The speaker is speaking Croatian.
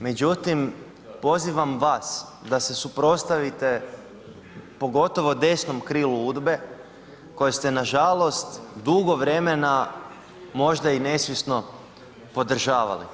Međutim, pozivam vas da se suprotstavite pogotovo desnom krilu Udbe koje ste nažalost dugo vremena možda i nesvjesno podržavali.